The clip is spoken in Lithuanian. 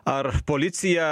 ar policija